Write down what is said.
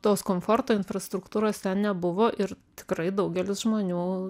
tos komforto infrastruktūros nebuvo ir tikrai daugelis žmonių